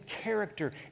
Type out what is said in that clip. character